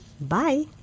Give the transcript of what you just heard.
Bye